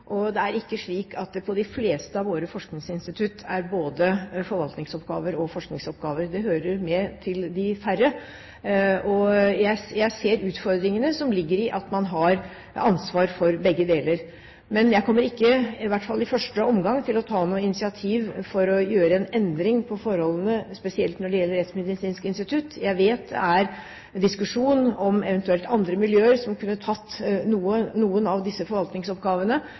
Det er ikke slik at det på de fleste av våre forskningsinstitutt er både forvaltningsoppgaver og forskningsoppgaver. Det hører med til de færre. Jeg ser utfordringene som ligger i at man har ansvar for begge deler, men jeg kommer ikke – i hvert fall ikke i første omgang – til å ta noe initiativ til å gjøre en endring på forholdene, spesielt når det gjelder Rettsmedisinsk institutt. Jeg vet det er diskusjon om eventuelt andre miljøer som kunne tatt noen av disse forvaltningsoppgavene,